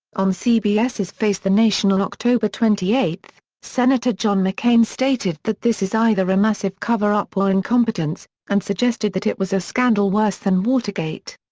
on cbs's face the nation on october twenty eight, senator john mccain stated that this is either a massive cover-up or incompetence and suggested that it was a scandal worse than watergate.